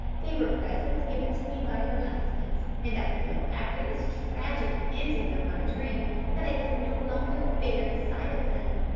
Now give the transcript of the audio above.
they were presents given to me by her husband, and i feel after this tragic ending of my dream that i can no longer bear the sight of them.